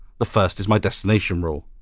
the first is my destination rule.